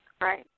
Right